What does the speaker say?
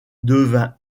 devint